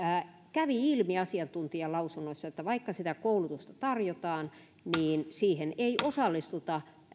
kävi ilmi asiantuntijalausunnoissa että vaikka sitä koulutusta tarjotaan niin siihen ei osallistuta